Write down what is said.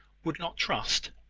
would not trust?